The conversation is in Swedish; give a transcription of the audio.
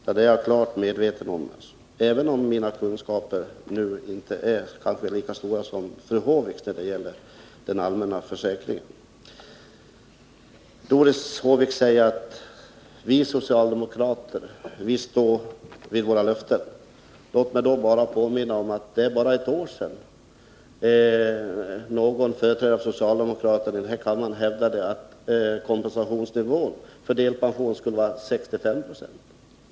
Detta är jag klart medveten om, även om mina kunskaper kanske inte är lika stora som fru Håviks när det gäller den allmänna försäkringen. Doris Håvik säger: Vi socialdemokrater står vid våra löften. Låt mig då bara påminna om att det bara är ett år sedan någon företrädare för socialdemokraterna här i kammaren hävdade att kompensationsnivån för delpension skulle vara 65 96.